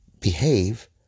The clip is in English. behave